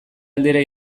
aldera